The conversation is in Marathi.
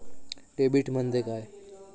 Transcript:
डेबिट म्हणजे काय?